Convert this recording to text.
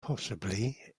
possibly